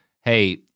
hey